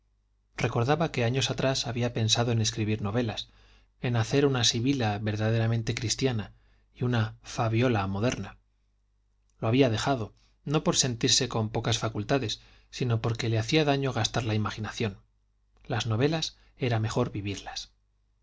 recordaba que años atrás había pensado en escribir novelas en hacer una sibila verdaderamente cristiana y una fabiola moderna lo había dejado no por sentirse con pocas facultades sino porque le hacía daño gastar la imaginación las novelas era mejor vivirlas